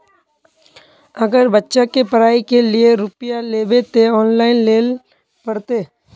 अगर बच्चा के पढ़ाई के लिये रुपया लेबे ते ऑनलाइन लेल पड़ते?